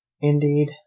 Indeed